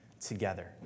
together